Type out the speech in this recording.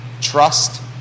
Trust